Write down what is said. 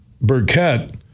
Burkett